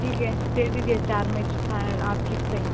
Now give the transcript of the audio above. ٹھیک ہے دے دیجئے چار مینچ فائنل آپ کی ہی صحیں